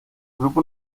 grupo